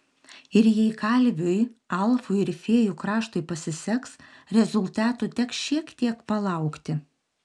ir jei kalviui alfui ir fėjų kraštui pasiseks rezultatų teks šiek tiek palaukti